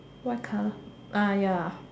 white colour ya